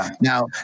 Now